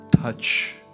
touch